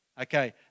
Okay